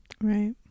right